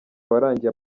warangiye